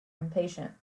impatient